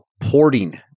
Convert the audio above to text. porting